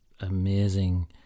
amazing